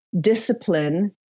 discipline